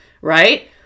right